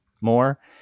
more